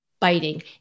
biting